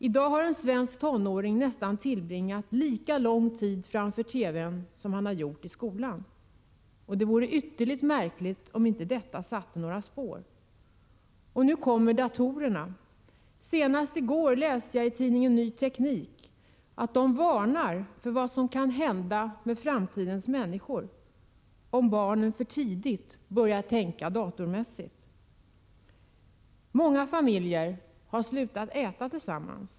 I dag tillbringar en svensk tonåring nästan lika lång tid framför TV:n som i skolan. Det vore ytterligt märkligt om detta inte satte några spår. Nu kommer dessutom datorerna. Senast i går läste jag i tidningen Ny Teknik att man varnar för vad som kan hända med framtidens människor om barnen alltför tidigt börjar tänka datormässigt. Många familjer har slutat att äta tillsammans.